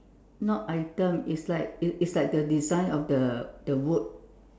not item it's like it's like the design of the the wood